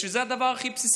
שזה הדבר הכי בסיסי.